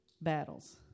battles